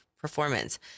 performance